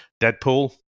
Deadpool